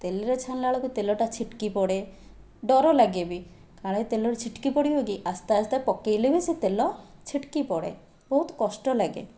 ତେଲରେ ଛାଣିଲା ବେଳକୁ ତେଲଟା ଛିଟିକି ପଡ଼େ ଡର ଲାଗେ ବି କାଳେ ତେଲ ଛିଟିକି ପଡ଼ିବ କି ଆସ୍ତେ ଆସ୍ତେ ପକେଇଲେ ବି ସେ ତେଲ ଛିଟିକି ପଡ଼େ ବହୁତ କଷ୍ଟ ଲାଗେ